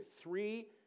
three